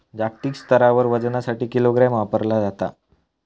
जागतिक स्तरावर वजनासाठी किलोग्राम वापरला जाता